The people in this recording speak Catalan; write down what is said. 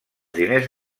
diners